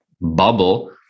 bubble